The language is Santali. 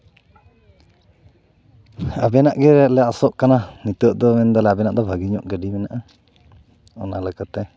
ᱟᱵᱮᱱᱟᱜ ᱜᱮ ᱞᱮ ᱟᱥᱚᱜ ᱠᱟᱱᱟ ᱱᱤᱛᱳᱜ ᱫᱚ ᱢᱮᱱᱫᱟᱞᱮ ᱟᱵᱮᱱᱟᱜ ᱫᱚ ᱵᱷᱟᱹᱜᱤ ᱧᱚᱜ ᱜᱟᱹᱰᱤ ᱢᱮᱱᱟᱜᱼᱟ ᱚᱱᱟᱞᱮᱠᱟᱛᱮ